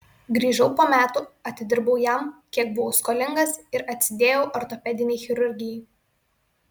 grįžau po metų atidirbau jam kiek buvau skolingas ir atsidėjau ortopedinei chirurgijai